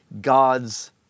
God's